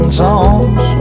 songs